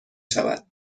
شود